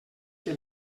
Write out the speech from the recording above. que